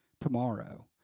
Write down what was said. tomorrow